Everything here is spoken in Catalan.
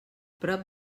prop